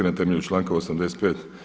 Na temelju članka 85.